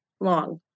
long